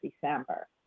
December